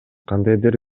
кандайдыр